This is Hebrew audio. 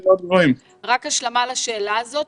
השלמה לשאלה הזאת.